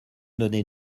donnait